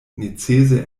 necese